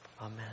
Amen